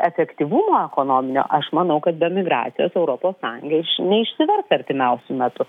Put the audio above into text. efektyvumo ekonominio aš manau kad be migracijos europos sąjunga išs neišsivers atimiausiu metu